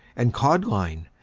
and cod-line,